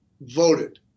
voted